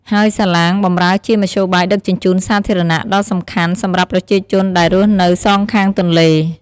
ហើយសាឡាងបម្រើជាមធ្យោបាយដឹកជញ្ជូនសាធារណៈ ដ៏សំខាន់សម្រាប់ប្រជាជនដែលរស់នៅសងខាងទន្លេ។